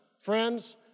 Friends